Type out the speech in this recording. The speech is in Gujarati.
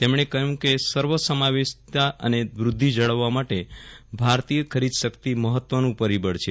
તેમણે કહ્યું કે સર્વસમાવેશિતા અને વૂદ્ધિ જાળવવા માટે ભારતીય ખરીદ શક્તિ મહત્વનું પરિબળ છે